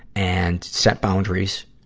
and set boundaries,